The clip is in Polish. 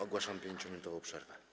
Ogłaszam 5-minutową przerwę.